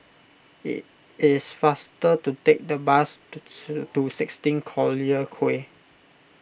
it is faster to take the bus to to sixteen Collyer Quay